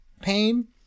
pain